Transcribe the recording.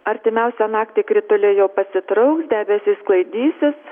artimiausią naktį krituliai jau pasitrauks debesys sklaidysis